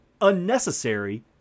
unnecessary